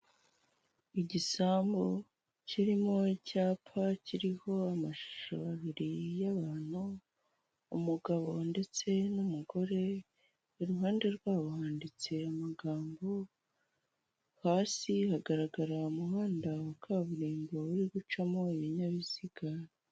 Igisambu kirimo icyapa kiriho amashusho abiri y'abantu umugabo ndetse n'umugore, iruhande rwabo handitse amagambo, hasi hagarara umuhanda wa kaburimbo uri gucamo ibinyabiziga.